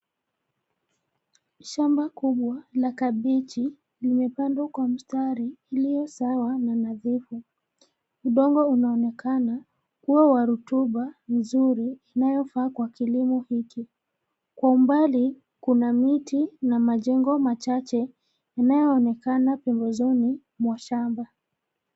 Shamba kubwa la kabichi limepandwa kwa mstari iliyo sawa na nadhifu. Udongo unaonekana kuwa wa rotuba nzuri inayofaa kwa kilimo hiki. Kwa umbali kuna miti na majengo machache yanayoonekana pembezoni mwa shamba.